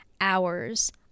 hours